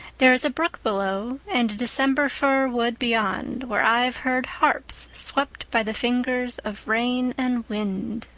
there is a brook below and a december fir wood beyond, where i've heard harps swept by the fingers of rain and wind.